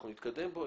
אנחנו נתקדם בו,